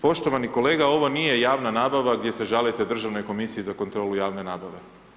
Poštovani kolega ovo nije javna nabava gdje se žalite Državnoj komisiji za kontrolu javne nabave.